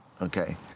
okay